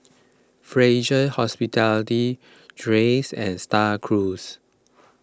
Fraser Hospitality Dreyers and Star Cruise